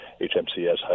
HMCS